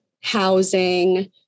housing